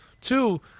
two